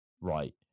Right